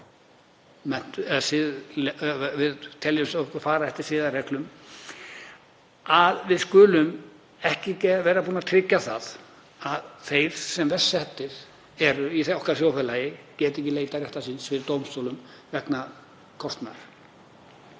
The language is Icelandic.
við teljum okkur fara eftir siðareglum að við skulum ekki vera búin að tryggja það að þeir sem verst settir eru í okkar þjóðfélagi geti leitað réttar síns fyrir dómstólum vegna kostnaðar.